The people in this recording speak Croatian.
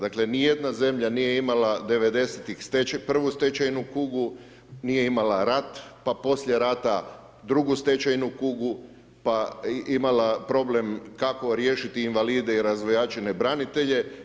Dakle, nijedna zemlja nije imala 90.-tih stečaj, prvu stečajnu kugu, nije imala rat, pa poslije rata drugu stečajnu kugu, pa imala problem kako riješiti invalide i razvojačene branitelje.